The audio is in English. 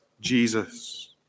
Jesus